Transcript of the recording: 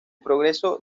progreso